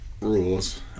rules